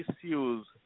issues